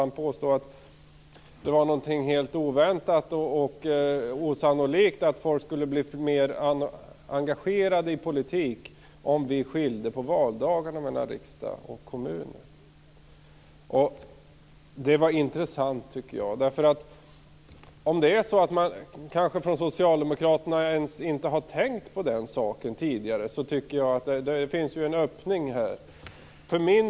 Han påstod att det var helt oväntat och osannolikt att folk skulle bli mer engagerade i politiken, som vi skulle införa skilda valdagar för riksdags och kommunalval. Om man kanske på socialdemokratiskt håll inte ens har tänkt på den saken tidigare, finns det en öppning här.